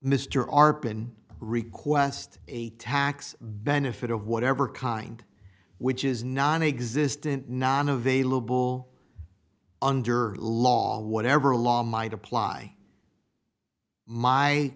arpan request a tax benefit of whatever kind which is nonexistent not available under law whatever law might apply my